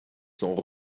sont